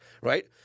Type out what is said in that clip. right